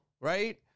right